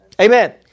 Amen